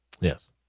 Yes